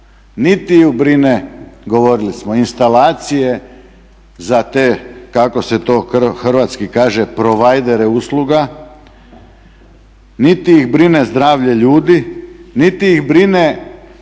Niti je brinu, govorili smo, instalacije za te kako se to hrvatski kaže providere usluga, niti ih brine zdravlje ljudi, niti ih brine